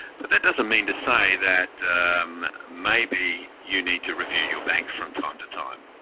but that doesn't mean to say that maybe you need to review your bank from time to time.